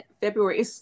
February